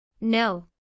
No